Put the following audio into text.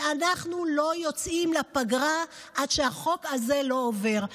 שאנחנו לא יוצאים לפגרה עד שהחוק הזה עובר,